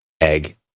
egg